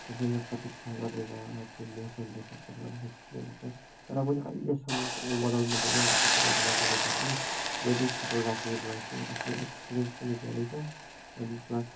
समय प्रतिक्षा गरेर त्यो मोसनलाई क्याप्चर गरेर खिच्ने हुन्छ तर पनि अहिलेसम्मको ओभरलमा धेरैवटा क्याटागोरीमा गरे तापनि वेडिङ फोटोग्राफीमा चाहिँ आफ्नो एक्सपिरियन्स पनि धेरै छ अनि प्लस